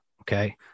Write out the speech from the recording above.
okay